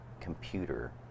computer